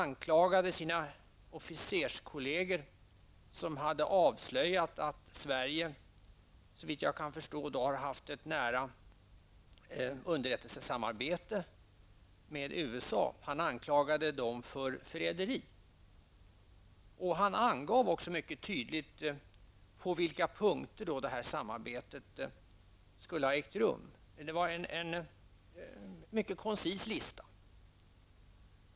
Några av hans officerskolleger hade avslöjat att Sverige, såvitt jag kan förstå, har haft ett nära underrättelsesamarbete med USA, och han anklagade dem för förräderi. Han angav också mycket tydligt på vilka punkter det här samarbetet skulle ha ägt rum. Det var en mycket konsis lista.